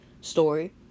story